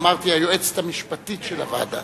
אמרתי "היועצת המשפטית של הוועדה